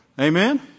Amen